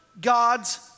God's